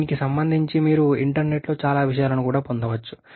దీనికి సంబంధించి మీరు ఇంటర్నెట్లో చాలా విషయాలను కూడా పొందవచ్చు